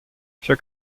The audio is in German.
für